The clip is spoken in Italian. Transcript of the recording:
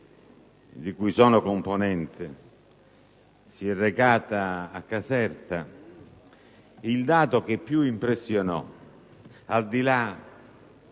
di cui sono componente, si è recata a Caserta, il dato che più impressionò tutti i